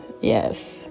Yes